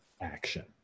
action